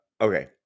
okay